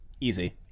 Easy